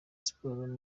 sports